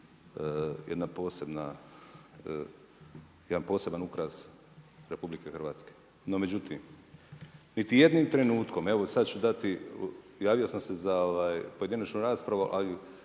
jedan poseban ukras RH. No međutim, niti jednim trenutkom, evo sada ću dati javio sam se za pojedinačnu raspravu ali